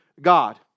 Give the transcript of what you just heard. God